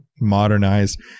modernized